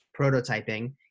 prototyping